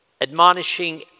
admonishing